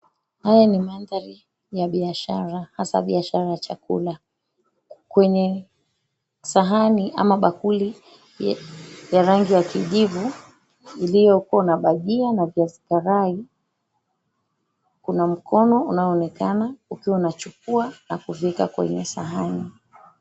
Haya ni mandhari ya biashara hasa biashara ya chakula. Kwenye, sahani ama bakuli, ya rangi ya kijivu iliyoko na bajia na viazi karai. Kuna mkono unaoonekana ukiwa unachukua na kuviweka katika sahani.